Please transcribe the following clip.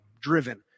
Driven